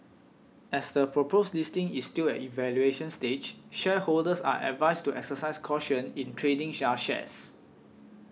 as the proposed listing is still at evaluation stage shareholders are advised to exercise caution in trading shares